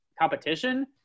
competition